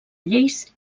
lleis